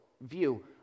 view